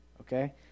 okay